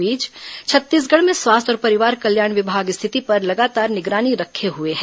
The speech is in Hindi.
इस बीच छत्तीसगढ़ में स्वास्थ्य और परिवार कल्याण विभाग स्थिति पर लगातार निगरानी रखे हुए हैं